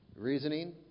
Reasoning